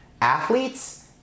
athletes